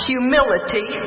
Humility